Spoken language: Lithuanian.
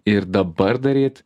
ir dabar daryt